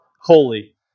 holy